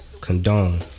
condone